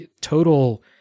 Total